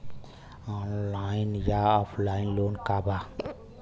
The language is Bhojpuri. ऑनलाइन या ऑफलाइन लोन का बा?